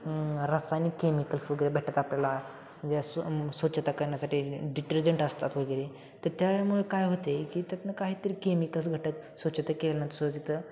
रासायनिक केमिकल्स वगैरे भेटतात आपल्याला ज्या स्व स्वच्छता करण्यासाठी डिटर्जंट असतात वगैरे तर त्यामुळे काय होत आहे की त्यातनं काहीतरी केमिकल्स घटक स्वच्छता केल्यानंतर सुद्धा तिथं